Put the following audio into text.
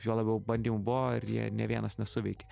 juo labiau bandymų buvo ir jie nei vienas nesuveikė